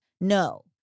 No